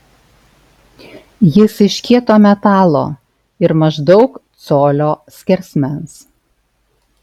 jis iš kieto metalo ir maždaug colio skersmens